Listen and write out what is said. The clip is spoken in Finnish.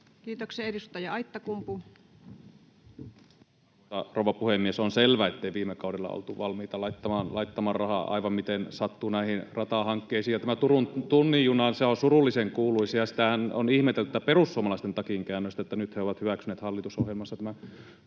Kiitoksia. — Edustaja Aittakumpu. Arvoisa rouva puhemies! On selvää, ettei viime kaudella oltu valmiita laittamaan rahaa aivan miten sattuu näihin ratahankkeisiin. Tämä Turun tunnin juna on surullisen kuuluisa, ja tätä perussuomalaisten takinkäännöstähän on ihmetelty, että nyt he ovat hyväksyneet hallitusohjelmassa tämän Turun tunnin